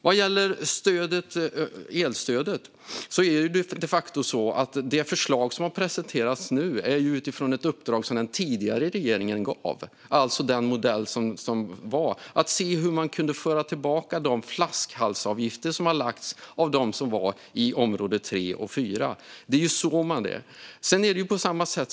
Vad gäller elstödet är det de facto så att det förslag som nu har presenterats baseras på det uppdrag som den tidigare regeringen gav. Det handlade om att se hur man kunde föra tillbaka de flaskhalsavgifter som har tagits ut av dem som bor i område 3 och 4. Det är ju så det är.